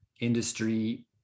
industry